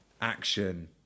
action